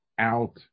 out